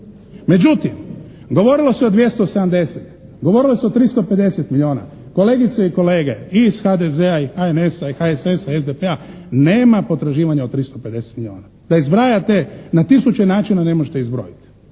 Međutim, govorilo se o 270, govorilo se o 350 milijuna. Kolegice i kolege, i iz HDZ-a, i HNS-a, i HSS-a, SDP-a, nema potraživanja od 350 milijuna. Da i zbrajate na tisuće načine ne možete izbrojiti.